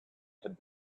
had